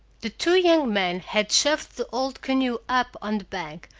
the two young men had shoved the old canoe up on the bank,